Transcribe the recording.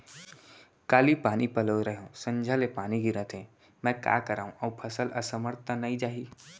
काली पानी पलोय रहेंव, संझा ले पानी गिरत हे, मैं का करंव अऊ फसल असमर्थ त नई जाही?